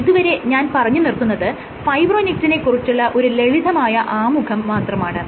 ഇതുവരെ ഞാൻ പറഞ്ഞുനിർത്തുന്നത് ഫൈബ്രോനെക്റ്റിനെ കുറിച്ചുള്ള ഒരു ലളിതമായ ആമുഖം മാത്രമാണ്